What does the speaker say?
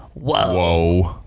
whoa.